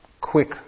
quick